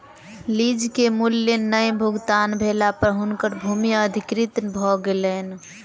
lease के मूल्य नै भुगतान भेला पर हुनकर भूमि अधिकृत भ गेलैन